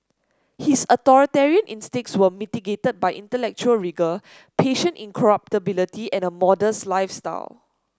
his authoritarian instincts were mitigated by intellectual rigour patient incorruptibility and a modest lifestyle